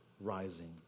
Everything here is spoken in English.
rising